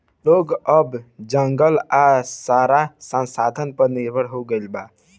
लोग अब जंगल आ दोसर संसाधन पर निर्भर हो गईल बा